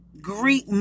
greek